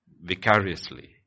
vicariously